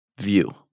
View